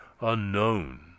unknown